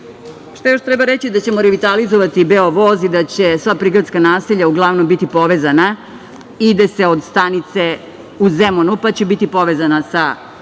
još treba reći? Revitalizovaćemo „Beovoz“ i da će sva prigradska naselja uglavnom biti povezana. Ide se od stanice u Zemunu, pa će biti povezana sa